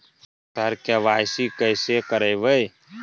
sir KYC कैसे करवाएं